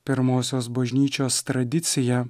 pirmosios bažnyčios tradicija